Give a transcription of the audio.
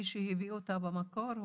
מי שהביא אותה במקור,